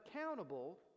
accountable